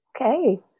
Okay